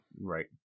Right